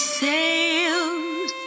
sailed